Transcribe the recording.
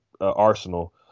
arsenal